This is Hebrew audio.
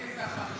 מתמטיקה,